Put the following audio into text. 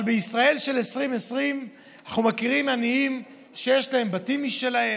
אבל בישראל של 2020 אנחנו מכירים עניים שיש להם בתים משלהם,